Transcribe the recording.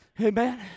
Amen